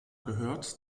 gehört